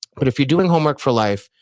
but if you're doing homework for life,